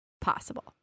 possible